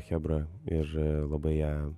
chebra ir labai ją